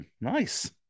nice